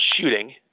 shooting